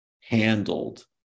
handled